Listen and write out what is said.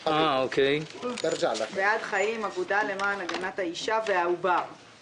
יש אישור ניהול תקין או אישור הגשת מסמכים.